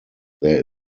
there